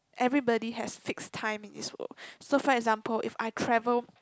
everybody has fix time in this world so for example if I travel